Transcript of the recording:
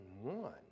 one